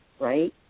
right